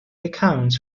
accounts